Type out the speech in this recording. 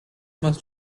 must